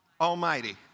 Almighty